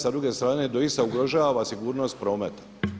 Sa druge strane doista ugrožava sigurnost prometa.